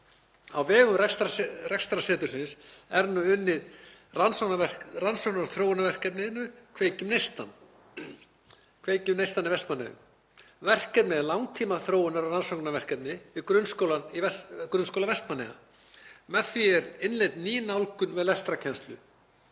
Á vegum rannsóknarsetursins er nú unnið að rannsóknar- og þróunarverkefninu Kveikjum neistann í Vestmannaeyjum. Verkefnið er langtímaþróunar- og rannsóknarverkefni í Grunnskóla Vestmannaeyja. Með því er innleidd ný nálgun við lestrarkennslu